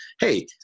hey